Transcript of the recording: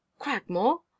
Cragmore